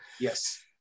Yes